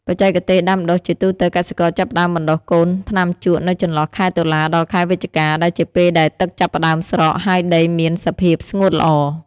បច្ចេកទេសដាំដុះ ជាទូទៅ កសិករចាប់ផ្ដើមបណ្តុះកូនថ្នាំជក់នៅចន្លោះខែតុលាដល់ខែវិច្ឆិកា ដែលជាពេលដែលទឹកចាប់ផ្ដើមស្រកហើយដីមានសភាពស្ងួតល្អ។